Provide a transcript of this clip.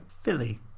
Philly